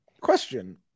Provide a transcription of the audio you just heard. question